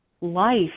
Life